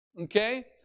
okay